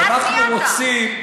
כי אנחנו רוצים,